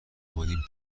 اومدین